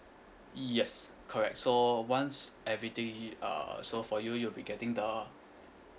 yes correct so once everything uh so for you you'll be getting the